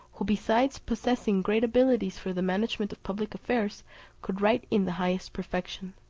who besides possessing great abilities for the management of public affairs could write in the highest perfection.